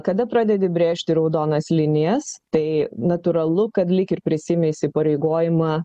kada pradedi brėžti raudonas linijas tai natūralu kad lyg ir prisiimi įsipareigojimą